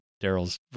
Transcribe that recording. Daryl's